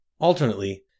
Alternately